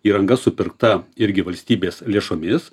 įranga supirkta irgi valstybės lėšomis